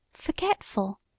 forgetful